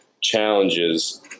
challenges